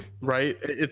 Right